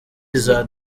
iza